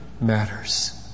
matters